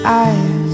eyes